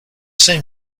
same